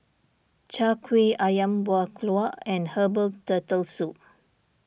Chai Kueh Ayam Buah Keluak and Herbal Turtle Soup